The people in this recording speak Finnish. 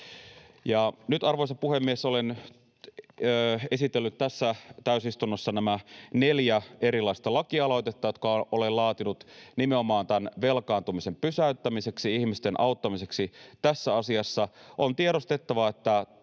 nyt, arvoisa puhemies, olen esitellyt tässä täysistunnossa nämä neljä erilaista lakialoitetta, jotka olen laatinut nimenomaan tämän velkaantumisen pysäyttämiseksi, ihmisten auttamiseksi tässä asiassa. On tiedostettava, että